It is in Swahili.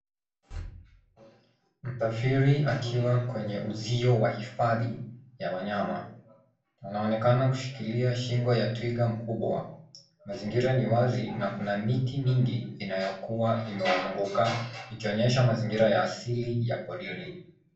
Msafiri akiwa kwenye uzio wa hifadhi wa wanyama. Anaonekana kushikilia shingo ya twiga mkubwa. Mazingira ni wazi na kuna miti mingi inayokua imewazunguka ikionyesha mazingira ya asili ya porini.